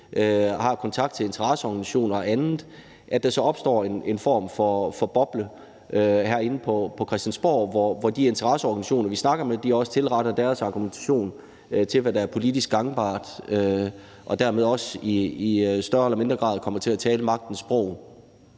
har kontakt til interesseorganisationer og andet, så opstår en form for boble herinde på Christiansborg, hvor de interesseorganisationer, vi snakker med, også tilretter deres argumentation til, hvad der er politisk gangbart, og dermed også i større eller mindre grad kommer til at tale magtens sprog.